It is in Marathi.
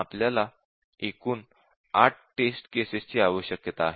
आपल्याला एकूण 8 टेस्ट केसेस ची आवश्यकता आहे